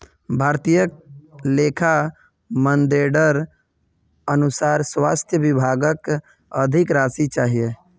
भारतीय लेखा मानदंडेर अनुसार स्वास्थ विभागक अधिक राशि चाहिए